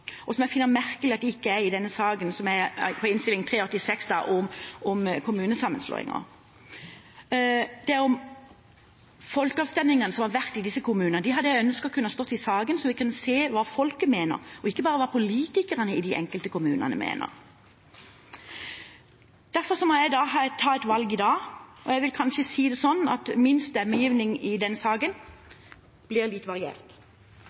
og som jeg finner merkelig at ikke er med i Innst. 386 S for 2016–2017, om kommunesammenslåinger. Det er om folkeavstemningene som har vært i disse kommunene. Dem hadde jeg ønsket det kunne ha stått om i innstillingen, så vi kunne se hva folket mener, ikke bare hva politikerne i de enkelte kommunene mener. Derfor må jeg ta et valg i dag. Jeg vil kanskje si det sånn at min stemmegivning i denne saken blir litt variert.